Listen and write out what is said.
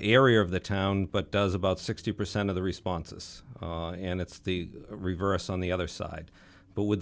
area of the town but does about sixty percent of the responses and it's the reverse on the other side but with